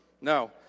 No